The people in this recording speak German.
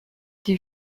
die